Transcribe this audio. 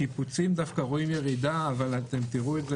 בשיפוצים דווקא רואים ירידה, אבל תראו את זה